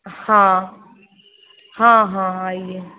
हाँ हाँ हाँ आइए